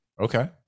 Okay